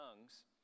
tongues